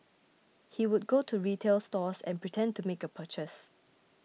he would go to retail stores and pretend to make a purchase